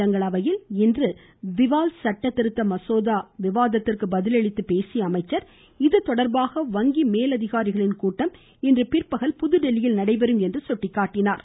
மாநிலங்களவையில் இன்று திவால் சட்டதிருத்த மசோதா குறித்த விவாதத்திற்கு பதில் அளித்து பேசிய அமைச்சர் இதுதொடர்பாக வங்கி மேல் அதிகாரிகளின் கூட்டம் இன்று பிற்பகல் புதுதில்லியில் நடைபெறும் என்றார்